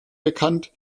bekannt